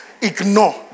Ignore